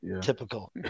Typical